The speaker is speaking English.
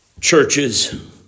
churches